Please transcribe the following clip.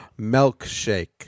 Milkshake